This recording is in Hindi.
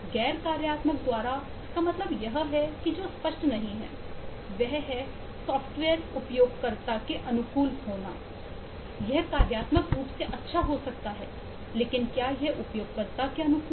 गैर कार्यात्मक द्वारा इसका मतलब यह है कि जो स्पष्ट नहीं है वह है सॉफ्टवेयर उपयोगकर्ता के अनुकूल होना यह कार्यात्मक रूप से अच्छा हो सकता है लेकिन क्या यह उपयोगकर्ता के अनुकूल है